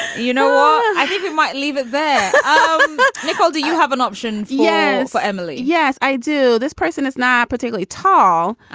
you know, i think you might leave it there. um but nicole, do you have an option? yes. emily? yes, i do. this person is not particularly tall,